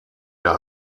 der